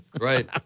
Right